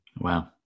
Wow